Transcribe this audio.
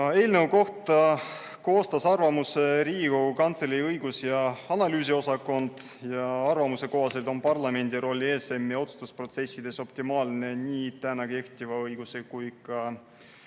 Eelnõu kohta koostas arvamuse Riigikogu Kantselei õigus- ja analüüsiosakond ja arvamuse kohaselt on parlamendi roll ESM-i otsustusprotsessides optimaalne nii täna kehtiva õiguse kui ka